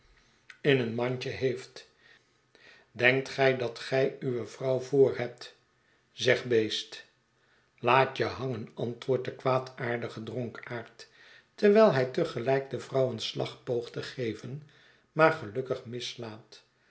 niet groot mandje heeft denkt gij dat gij uwe vrouw voorhebt zeg beest laat je hangen antwoordt de kwaadaardige dronkaard terwijl hij te gelijk de vrouw een slag poogt te geven maar gelukkig